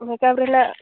makeup ᱨᱮᱱᱟᱜ